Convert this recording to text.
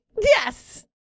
Yes